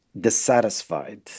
dissatisfied